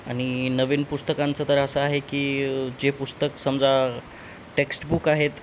आणि नवीन पुस्तकांचं तर असं आहे की जे पुस्तक समजा टेक्स्टबुक आहेत